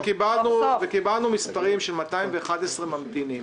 וקיבלנו מספרים של 211 ממתינים,